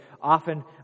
often